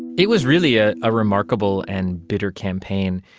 it was really a ah remarkable and bitter campaign,